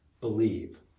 believe